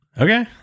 Okay